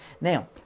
Now